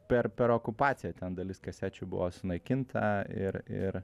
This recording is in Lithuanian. per per okupaciją ten dalis kasečių buvo sunaikinta ir ir